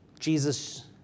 Jesus